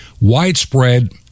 widespread